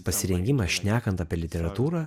pasirengimas šnekant apie literatūrą